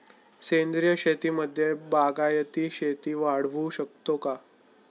सेंद्रिय शेतीमध्ये बागायती शेती वाढवू शकतो का?